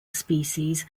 species